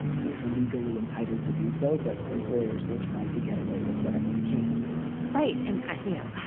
like, legally entitled to do so, but employers will try to get away with whatever they can right. and and, you know,